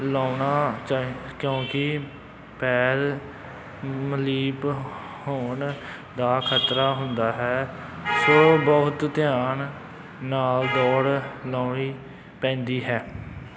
ਲਾਉਣਾ ਚਾਹੇ ਕਿਉਂਕਿ ਪੈਰ ਮਲੀਪ ਹੋਣ ਦਾ ਖਤਰਾ ਹੁੰਦਾ ਹੈ ਸੋ ਬਹੁਤ ਧਿਆਨ ਨਾਲ ਦੌੜ ਲਾਉਣੀ ਪੈਂਦੀ ਹੈ